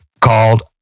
called